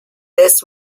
this